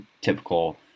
typical